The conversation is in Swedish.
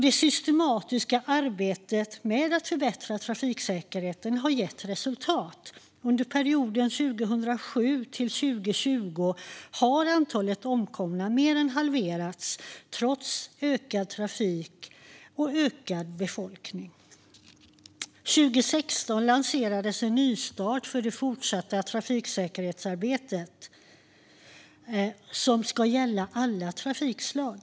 Det systematiska arbetet med att förbättra trafiksäkerheten har gett resultat. Under perioden 2007-2020 har antalet omkomna mer än halverats trots ökad trafik och ökad befolkning. År 2016 lanserades en nystart för det fortsatta trafiksäkerhetsarbetet, som ska gälla alla trafikslag.